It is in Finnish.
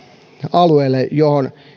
alueelle johon